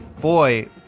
boy